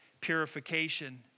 purification